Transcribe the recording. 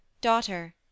daughter